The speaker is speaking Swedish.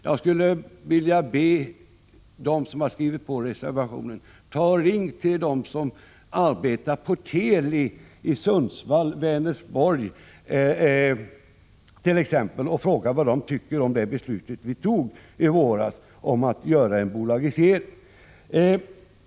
Jag skulle vilja be dem som skrivit reservationen att ringa till dem som arbetar på Teli i t.ex. Sundsvall och Vänersborg och fråga vad de tycker om det beslut som vi fattade i våras om bolagisering.